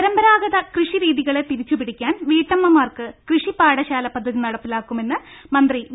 പരമ്പരാഗത കൃഷി രീതികളെ തിരിച്ചുപിടിക്കാൻ വീട്ടമ്മമാർക്ക് കൃഷി പാ ഠ ശാല പദ്ധതി നട പ്പാക്കു മെന്ന് മന്തി വി